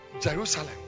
Jerusalem